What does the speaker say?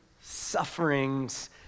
sufferings